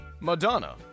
Madonna